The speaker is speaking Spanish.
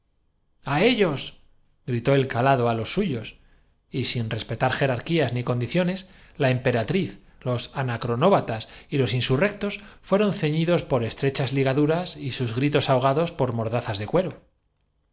ellos gritó el calado á los suyos y sin respe pero la extrañeza de los celestiales al recuperar á su tar jerarquías ni condiciones la emperatriz losanacrosoberana era juego de niños ante la que experimentó nóbatas y los insurrectos fueron ceñidos por estrechas juanita al sentirse cogida de los brazos como con tena ligaduras y sus gritos ahogados por mordazas de cuero